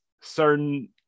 certain